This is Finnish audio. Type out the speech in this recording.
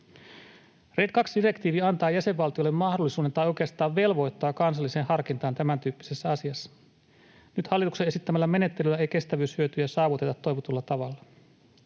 II ‑direktiivi antaa jäsenvaltioille mahdollisuuden tai oikeastaan velvoittaa kansalliseen harkintaan tämäntyyppisessä asiassa. Nyt hallituksen esittämällä menettelyllä ei kestävyyshyötyjä saavuteta toivotulla tavalla.